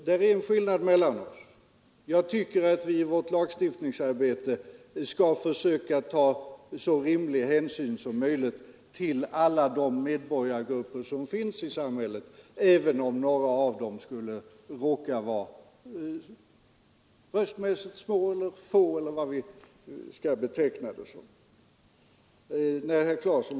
Jag däremot tycker att man i lagstiftningsarbetet skall försöka ta rimlig hänsyn till alla de medborgargrupper som finns i samhället, även om några av dem skulle råka vara röstmässigt små. Därvidlag är det tydligen en skillnad mellan oss.